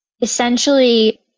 essentially